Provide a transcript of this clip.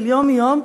של יום-יום.